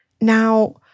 Now